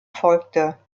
folgte